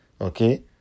okay